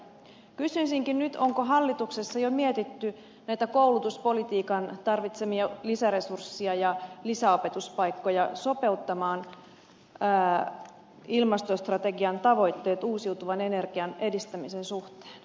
kysyisinkin nyt onko hallituksessa jo mietitty näitä koulutuspolitiikan tarvitsemia lisäresursseja ja lisäopetuspaikkoja sopeuttamaan ilmastostrategian tavoitteet uusiutuvan energian edistämisen suhteen